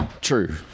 true